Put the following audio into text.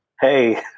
Hey